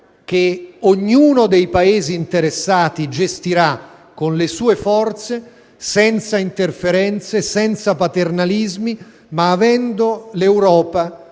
che ognuno dei Paesi interessati gestirà con le sue forze, senza interferenze, senza paternalismi, lasciando all'Europa